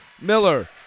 Miller